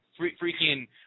freaking